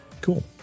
Cool